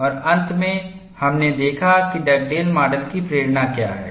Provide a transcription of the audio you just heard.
और अंत में हमने देखा कि डगडेल माडल की प्रेरणा क्या है